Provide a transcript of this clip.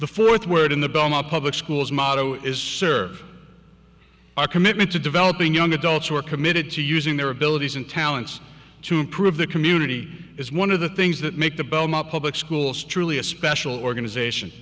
the fourth word in the belmont public schools motto is serve our commitment to developing young adults who are committed to using their abilities and talents to improve the community is one of the things that make the belmont public schools truly a special organization